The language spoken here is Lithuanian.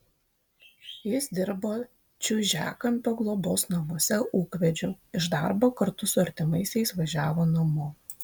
jis dirbo čiužiakampio globos namuose ūkvedžiu iš darbo kartu su artimaisiais važiavo namo